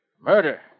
Murder